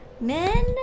Men